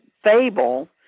Fable